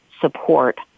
support